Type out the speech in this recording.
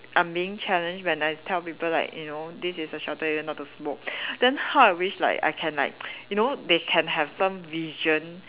I'm being challenged when I tell people like you know this is a shelter you're not supposed to smoke then how I wish like I can like you know they can have some vision